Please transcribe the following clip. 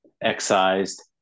excised